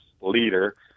leader